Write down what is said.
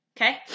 okay